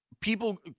people